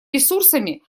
ресурсами